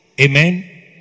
Amen